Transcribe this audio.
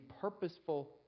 purposeful